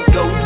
go